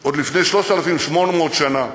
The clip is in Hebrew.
עוד לפני 3,800 שנה,